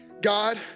God